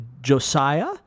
Josiah